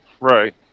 right